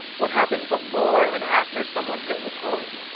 what happened before and after someone hit record?